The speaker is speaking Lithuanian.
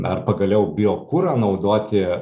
ar pagaliau biokurą naudoti